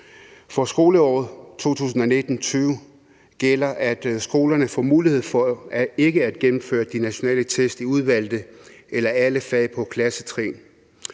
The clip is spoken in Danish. For skoleåret 2019-20 gælder, at skolerne får mulighed for ikke at gennemføre de nationale test i udvalgte eller alle fag på klassetrin.